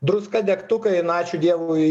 druska degtukai na ačiū dievui